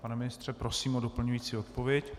Pane ministře, prosím o doplňující odpověď.